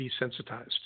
desensitized